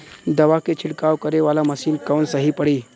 दवा के छिड़काव करे वाला मशीन कवन सही पड़ी?